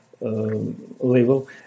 level